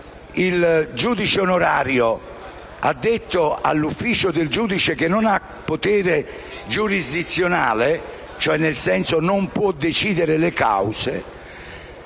il giudice onorario addetto all'ufficio del giudice, che non ha potere giurisdizionale (nel senso che non può decidere le cause)